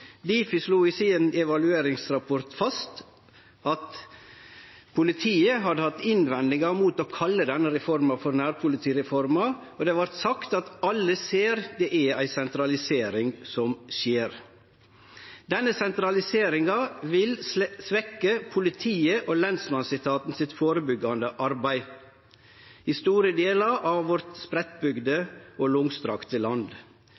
Difi slo i sin evalueringsrapport fast at politiet hadde hatt innvendingar mot å kalle denne reforma for «nærpolitireforma», og det vart sagt at alle ser det er ei sentralisering som skjer. Denne sentraliseringa vil svekkje det førebyggjande arbeidet til politi- og lensmannsetaten i store delar av vårt spreiddbygde og langstrakte land.